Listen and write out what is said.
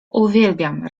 uwielbiam